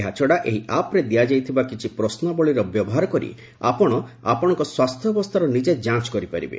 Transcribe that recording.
ଏହାଛଡ଼ା ଏହି ଆପ୍ରେ ଦିଆଯାଇଥିବା କିଛି ପ୍ରଶ୍ନାବଳୀର ବ୍ୟବହାର କରି ଆପଣ ଆପଣଙ୍କ ସ୍ୱାସ୍ଥ୍ୟାବସ୍ଥାର ନିଜେ ଯାଞ୍ଚ କରିପାରିବେ